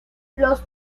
los